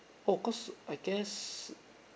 oh cause I guess